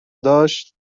داشت